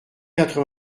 quatre